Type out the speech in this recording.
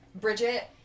Bridget